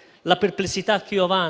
Azione